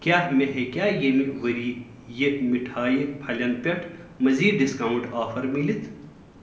کیٛاہ مےٚ ہیٚکیٛاہ ییٚمہِ ؤری یہِ مٹھایہِ پھَلٮ۪ن پٮ۪ٹھ مٔزیٖد ڈِسکاوُنٛٹ آفر مِلِتھ